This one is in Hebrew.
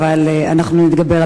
אבל אנחנו נתגבר,